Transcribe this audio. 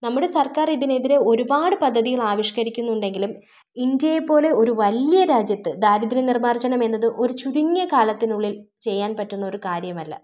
നമ്മുടെ സർക്കാർ ഇതിനെതിരെ ഒരുപാട് പദ്ധതികൾ ആവിഷ്കരിക്കുന്നുണ്ടെങ്കിലും ഇന്ത്യയെപ്പോലെ ഒരു വലിയ രാജ്യത്ത് ദാരിദ്ര്യം നിർമ്മാർജ്ജനം എന്നത് ഒരു ചുരുങ്ങിയ കാലത്തിനുള്ളിൽ ചെയ്യാൻ പറ്റുന്ന ഒരു കാര്യമല്ല